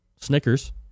Snickers